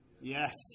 Yes